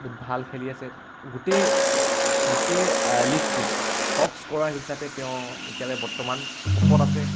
বহুত ভাল খেলি আছে গোটেই গোটেই লীগটোত টপ স্ক'ৰাৰ হিচাপে তেওঁ এতিয়ালৈ বৰ্তমান টপত আছে